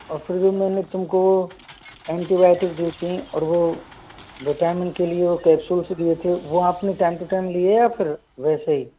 और फिर जो मैंने तुमको एंटीबायोटिक दी थी और वो विटामिन के लिए कैप्सूल्स दिए थे वो आपने टाइम टू टाइम लिया या फिर वैसे ही